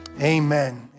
amen